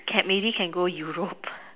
can maybe can go Europe